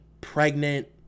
pregnant